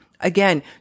Again